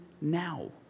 now